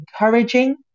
encouraging